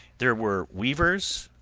there were weavers,